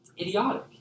idiotic